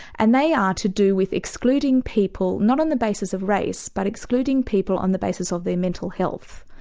and they are to do with excluding people, not on the basis of race, but excluding people on the basis of their mental health.